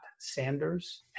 Sanders